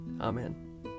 Amen